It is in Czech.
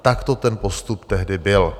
Takto ten postup tehdy byl.